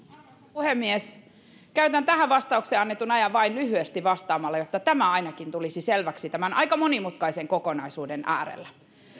puhemies käytän tähän vastaukseen annetun ajan vain lyhyesti vastaamalla jotta ainakin tämä tulisi selväksi tämän aika monimutkaisen kokonaisuuden äärellä